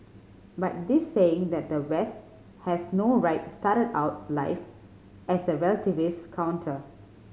but this saying that the West has no right started out life as a relativist counter